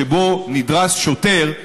שבו נדרס שוטר,